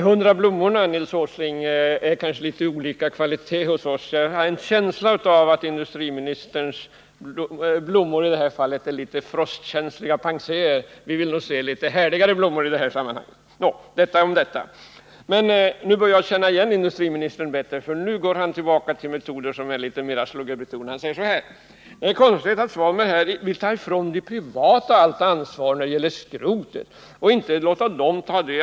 Herr talman! Våra hundra blommor är nog av olika art. Jag har en känsla avatt industriministerns blommor är litet frostkänsliga penséer, men vi vill se litet härdigare blommor i detta sammanhang. Nu börjar jag känna igen industriministern; nu går han tillbaka till litet mera sluggerbetonade metoder. Han säger: Det är konstigt att Ingvar Svanberg vill ta ifrån de privata företagen allt ansvar när det gäller skrothanteringen.